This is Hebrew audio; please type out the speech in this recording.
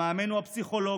המאמן הוא הפסיכולוג,